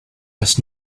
does